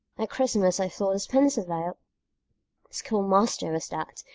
at christmas i thought the spencervale schoolmaster was that.